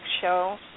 show